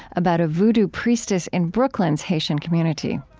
about a vodou priestess in brooklyn's haitian community.